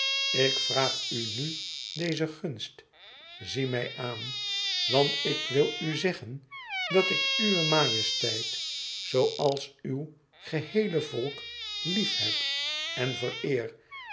ik vraag u nu dezen gunst zie mij aan want ik wil u zeggen dat ik uwe majesteit zooals uw geheele volk liefheb en vereer